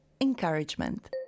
encouragement